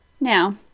Now